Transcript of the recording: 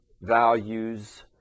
values